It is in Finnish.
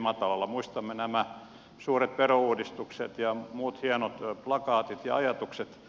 muistamme nämä suuret verouudistukset ja muut hienot plakaatit ja ajatukset